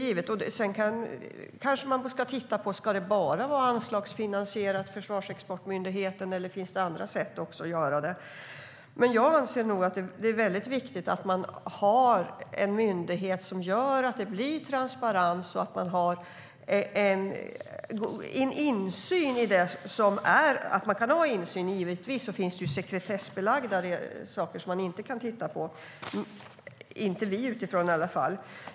Man kanske ska titta på om myndigheten bara ska vara anslagsfinansierad eller om det finns andra sätt att göra det. Jag anser att det är viktigt att man har en myndighet som gör att det blir transparens och att man har insyn. Givetvis finns det sekretessbelagda saker som man inte kan titta på - inte vi utifrån i alla fall.